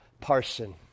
parson